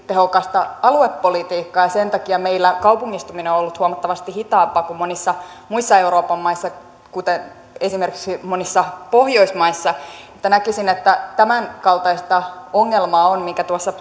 tehokasta aluepolitiikkaa ja sen takia meillä kaupungistuminen on ollut huomattavasti hitaampaa kuin monissa muissa euroopan maissa kuten esimerkiksi monissa pohjoismaissa näkisin että tämänkaltaista ongelmaa minkä tuossa